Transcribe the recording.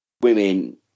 women